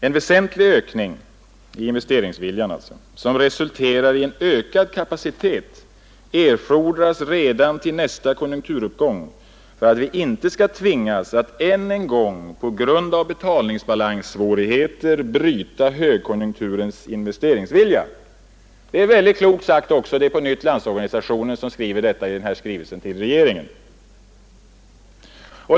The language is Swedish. ”En väsentlig ökning” — av investeringsviljan alltså — ”som resulterar i en ökad kapacitet erfordras redan till nästa konjunkturuppgång för att vi inte skall tvingas att än en gång på grund av betalningsbalanssvårigheter bryta högkonjunkturens investeringsvilja.” Det är klokt sagt, och det är på nytt Landsorganisationen som säger detta i sin skrivelse till regeringen.